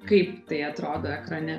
kaip tai atrodo ekrane